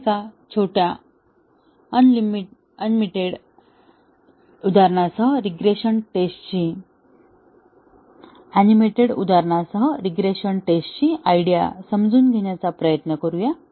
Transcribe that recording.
आता एका छोट्या अनिमेटेड उदाहरणासह रीग्रेशन टेस्टिंगची आयडिया समजून घेण्याचा प्रयत्न करूया